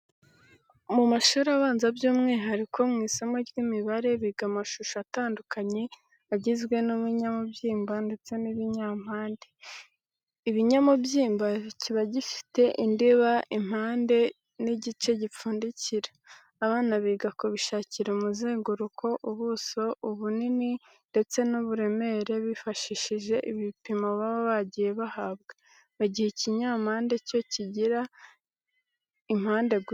Mu mashuri abanza by'umwihariko mu isomo ry'imibare biga amashusho atandukanye agizwe n'ibinyamubyimba ndetse n'ibinyampande. Ibinyamubyimba kiba gifite indiba, impande n'igice gipfundikira abana biga kubishakira umuzenguruko, ubuso, ubunini ndetse n'uburemere bifashishije ibipimo baba bagiye bahabwa, mu gihe ikimpande cyo kigira impande gusa.